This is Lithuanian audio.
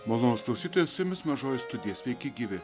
malonūs klausytojai su jumis mažoji studija sveiki gyvi